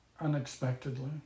unexpectedly